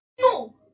No